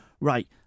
right